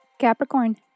Capricorn